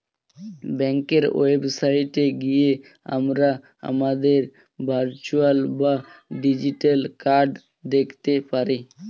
ব্যাঙ্কের ওয়েবসাইটে গিয়ে আমরা আমাদের ভার্চুয়াল বা ডিজিটাল কার্ড দেখতে পারি